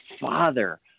father